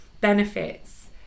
benefits